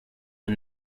and